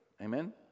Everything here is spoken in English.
Amen